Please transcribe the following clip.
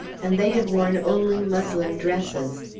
and they had worn only muslin dresses.